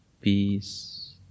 peace